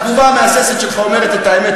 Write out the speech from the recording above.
התגובה המהססת שלך אומרת את האמת,